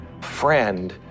friend